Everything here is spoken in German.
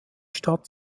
stadt